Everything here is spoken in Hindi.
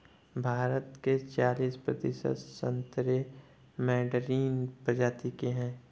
भारत के चालिस प्रतिशत संतरे मैडरीन प्रजाति के हैं